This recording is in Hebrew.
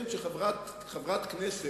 באינטרנט, קשר, אדוני מרגי, שר הדתות,